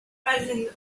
president